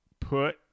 put